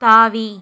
தாவி